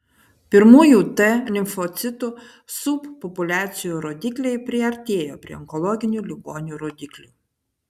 pirmųjų t limfocitų subpopuliacijų rodikliai priartėjo prie onkologinių ligonių rodiklių